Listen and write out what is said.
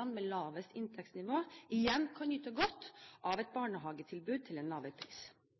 familiene med laveste inntektsnivå